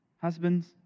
Husbands